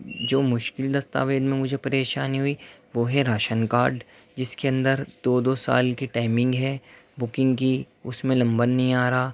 جو مشکل دستاویز میں مجھے پریشانی ہوئی وہ ہے راشن کارڈ جس کے اندر دو دو سال کی ٹائمنگ ہے بکنگ کی اس میں لمبر نہیں آ رہا